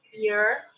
ear